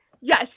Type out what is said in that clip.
Yes